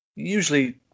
usually